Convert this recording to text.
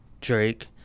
Drake